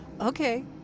Okay